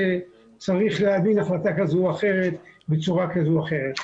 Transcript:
שצריך להבין החלטה כזו או אחרת בצורה כזו או אחרת.